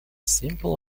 simple